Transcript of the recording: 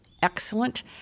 Excellent